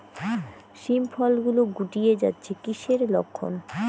শিম ফল গুলো গুটিয়ে যাচ্ছে কিসের লক্ষন?